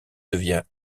devient